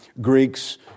Greeks